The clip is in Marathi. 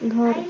घर